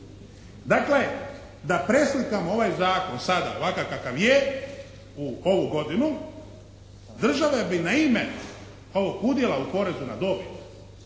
Dakle, da preslikam ovaj zakon sada ovakav kakav je u ovu godinu država bi na ime ovog udjela u porezu na dobit